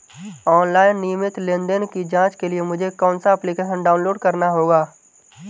Online नियमित लेनदेन की जांच के लिए मुझे कौनसा एप्लिकेशन डाउनलोड करना होगा?